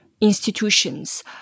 institutions